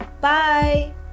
bye